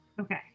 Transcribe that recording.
Okay